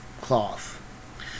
cloth